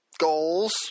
goals